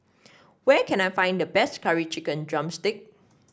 where can I find the best Curry Chicken drumstick